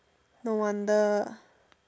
no wonder